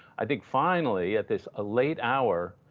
i think, finally, at this ah late hour,